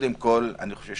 אני חושב